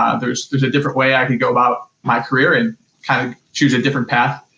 ah there's there's a different way i can go about my career and kind of choose a different path.